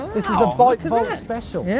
this is a bike vault special.